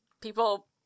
People